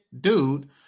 dude